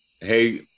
hey